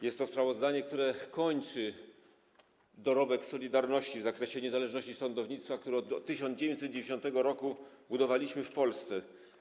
Jest to sprawozdanie, które kończy dorobek „Solidarności” w zakresie niezależności sądownictwa, które od 1990 r. budowaliśmy w Polsce.